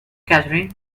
catherine